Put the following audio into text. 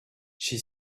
she